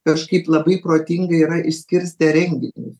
kažkaip labai protingai yra išskirstę renginius